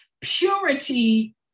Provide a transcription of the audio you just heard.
Purity